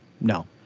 no